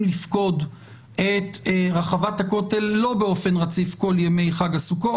לפקוד את רחבת הכותל לא באופן רציף כל ימי חג הסוכות,